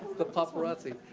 the paparazzi.